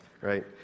right